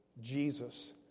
Jesus